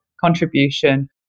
contribution